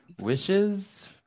Wishes